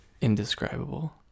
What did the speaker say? indescribable